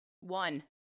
One